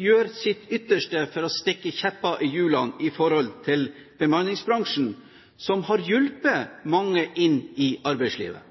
gjør sitt ytterste for å stikke kjepper i hjulene for bemanningsbransjen, som har hjulpet mange inn i arbeidslivet.